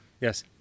Yes